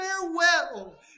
farewell